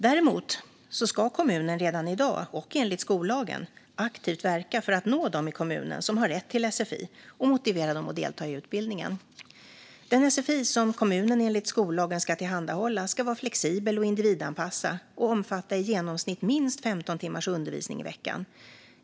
Däremot ska kommunen redan i dag och enligt skollagen aktivt verka för att nå dem i kommunen som har rätt till sfi och motivera dem att delta i utbildningen. Den sfi som kommunen enligt skollagen ska tillhandahålla ska vara flexibel och individanpassad och omfatta i genomsnitt minst 15 timmars undervisning i veckan.